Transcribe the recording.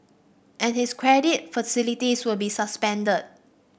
and his credit facilities will be suspended